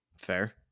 Fair